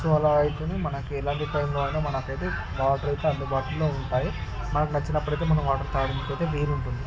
so అలా అయితేనే మనకి ఎలాంటి టైంలో అయిన మనకైతే వాటర్ అయితే అందుబాటులో ఉంటాయి మనకి నచ్చినప్పుడు అయితే మనం వాటర్ తాగడానికైతే నీరు ఉంటుంది